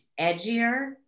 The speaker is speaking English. edgier